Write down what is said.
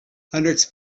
hundreds